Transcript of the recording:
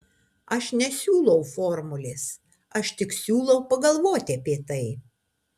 aš nesiūlau formulės aš tik siūlau pagalvoti apie tai